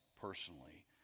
personally